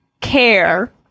care